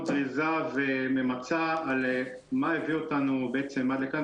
זריזה וממצה על מה הביא אותנו בעצם עד לכאן,